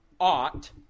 ought